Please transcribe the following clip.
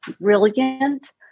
brilliant